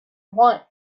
want